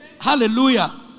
hallelujah